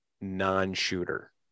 non-shooter